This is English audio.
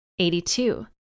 82